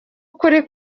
ukuri